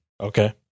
Okay